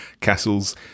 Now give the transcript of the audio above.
castles